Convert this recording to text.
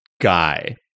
guy